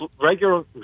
regular